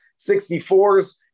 64s